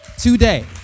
today